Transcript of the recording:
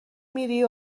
میری